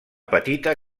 petita